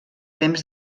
temps